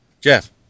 Jeff